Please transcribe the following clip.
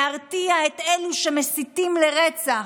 להרתיע את אלו שמסיתים לרצח?